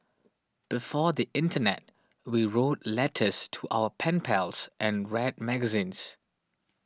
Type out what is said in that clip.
before the internet we wrote letters to our pen pals and read magazines